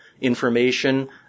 Information